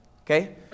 okay